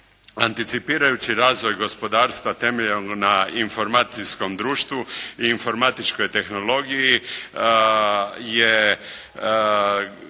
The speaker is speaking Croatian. Anticipirajući razvoj gospodarstva temeljenom na informacijskom društvu u informatičkoj tehnologiji je,